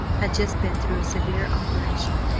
had just been through a severe operation,